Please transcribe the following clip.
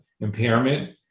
impairment